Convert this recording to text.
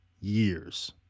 years